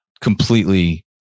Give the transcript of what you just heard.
completely